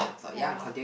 ya lah